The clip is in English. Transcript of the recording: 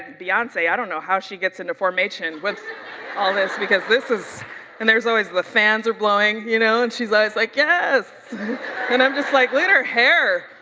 beyonce, i don't know how she gets into formation with all this because this and there's always, the fans are blowing, you know and she's always like, yes and i'm just like, look at her hair.